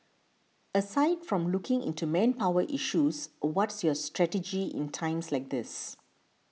aside from looking into manpower issues what's your strategy in times like these